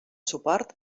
suport